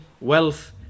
wealth